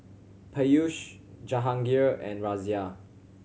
Peyush Jahangir and Razia